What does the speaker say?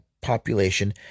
population